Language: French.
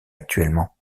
actuellement